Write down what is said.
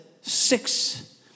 six